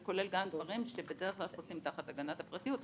זה כולל גם דברים שבדרך כלל חוסים תחת הגנת הפרטיות.